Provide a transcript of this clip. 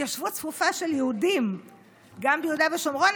התיישבות צפופה של יהודים גם ביהודה ושומרון,